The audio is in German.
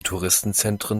touristenzentren